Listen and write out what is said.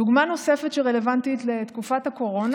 דוגמה נוספת רלוונטית לתקופת הקורונה,